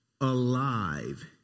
alive